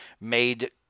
made